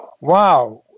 wow